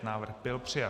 Návrh byl přijat.